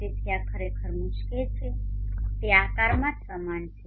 તેથી આ ખરેખર મુશ્કેલ છે તે આકારમાં સમાન જ દેખાય છે